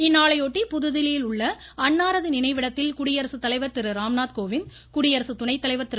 இந்நாளை ஒட்டி புதுதில்லியில் உள்ள அன்னாரது நினைவிடத்தில் குடியரசு தலைவர் திருராம்நாத் கோவிந்த் குடியரசு துணை தலைவர் திரு